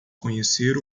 conhecer